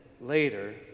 later